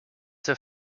der